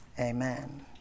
Amen